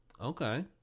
Okay